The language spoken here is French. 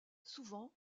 souvent